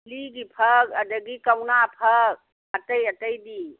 ꯂꯤꯒꯤ ꯐꯛ ꯑꯗꯒꯤ ꯀꯧꯅꯥ ꯐꯛ ꯑꯇꯩ ꯑꯇꯩꯗꯤ